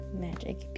magic